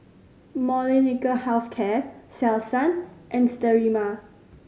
Molnylcke Health Care Selsun and Sterimar